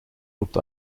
loopt